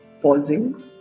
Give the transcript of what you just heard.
pausing